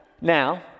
Now